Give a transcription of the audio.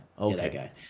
okay